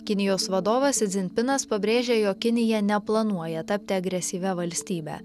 kinijos vadovas zin pinas pabrėžė jog kinija neplanuoja tapti agresyvia valstybe